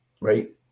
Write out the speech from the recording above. right